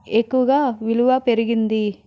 ఎక్కువగా విలువ పెరిగింది